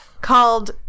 called